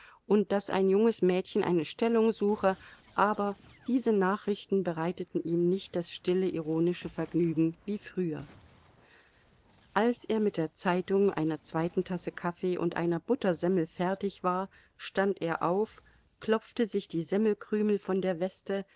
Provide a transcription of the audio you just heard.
und daß ein junges mädchen eine stellung suche aber diese nachrichten bereiteten ihm nicht das stille ironische vergnügen wie früher als er mit der zeitung einer zweiten tasse kaffee und einer buttersemmel fertig war stand er auf klopfte sich die semmelkrümel von der weste